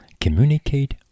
Communicate